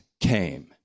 came